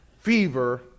fever